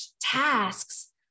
tasks